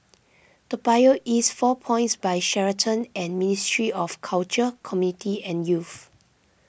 Toa Payoh East four Points By Sheraton and Ministry of Culture Community and Youth